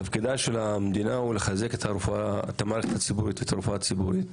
תפקידה של המדינה הוא לחזק את המערכת הציבורית ואת הרפואה הציבורית,